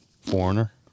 Foreigner